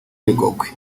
bigogwe